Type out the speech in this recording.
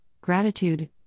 gratitude